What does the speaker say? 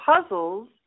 puzzles